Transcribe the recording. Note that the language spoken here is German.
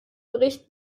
bericht